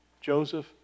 Joseph